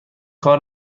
کار